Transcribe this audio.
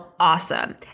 Awesome